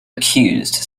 accused